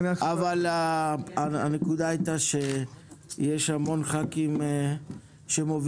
אבל הנקודה הייתה שיש המון חברי כנסת שמובילים